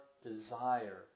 desire